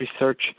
research